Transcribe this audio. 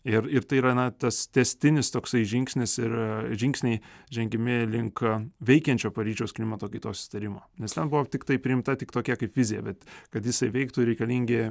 ir ir tai yra na tas tęstinis toksai žingsnis yra žingsniai žengiami link veikiančio paryžiaus klimato kaitos susitarimo nes ten buvo priimta tik tokia kaip vizija bet kad jisai veiktų reikalingi